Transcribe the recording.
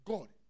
God